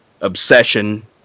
obsession